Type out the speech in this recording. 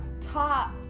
top